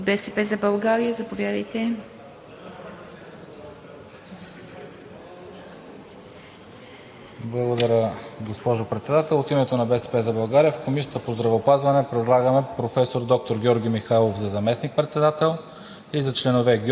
От „БСП за България“? Заповядайте.